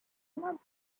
not